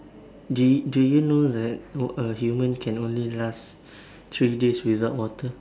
did did you know that human can only last three days without water